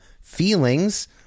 feelings